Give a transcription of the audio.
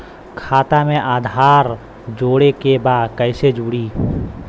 खाता में आधार जोड़े के बा कैसे जुड़ी?